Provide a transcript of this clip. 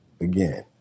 again